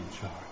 charge